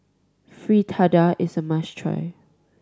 fritada is a must try